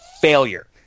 failure